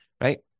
right